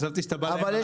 אבל,